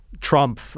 Trump